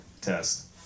test